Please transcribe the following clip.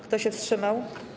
Kto się wstrzymał?